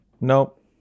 nope